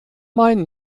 mein